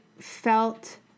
felt